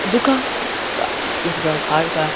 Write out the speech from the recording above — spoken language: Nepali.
दुःख हुन्छ घरमा